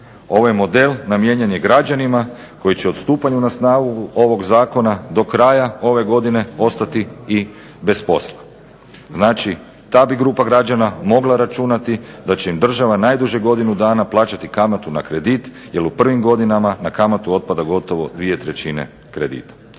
Ovaj model namijenjen je građanima koji će od stupanja na snagu ovog zakona do kraja ove godine ostati i bez posla. Znači ta bi grupa građana mogla računati da će im država najduže godinu dana plaćati kamatu na kredit, jer u prvim godinama na kamatu otpada gotovo dvije trećine kredita.